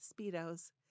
speedos